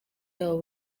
yabo